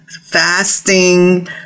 fasting